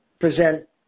present